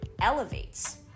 elevates